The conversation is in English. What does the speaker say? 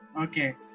Okay